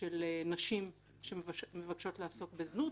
של נשים שמבקשות לעסוק בזנות.